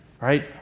right